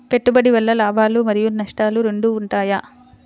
పెట్టుబడి వల్ల లాభాలు మరియు నష్టాలు రెండు ఉంటాయా?